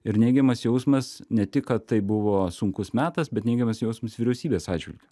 ir neigiamas jausmas ne tik kad tai buvo sunkus metas bet neigiamas jausmas vyriausybės atžvilgiu